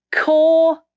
core